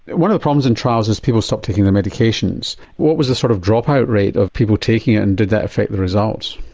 one of the problems in trials is people stop taking their medications, what was the sort of dropout rate of people taking it and did that affect the results?